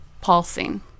pulsing